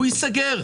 הוא ייסגר,